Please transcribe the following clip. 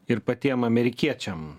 ir patiem amerikiečiam